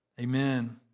Amen